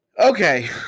Okay